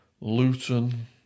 Luton